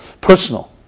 Personal